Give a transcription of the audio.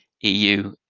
EU